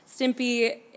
Stimpy